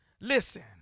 Listen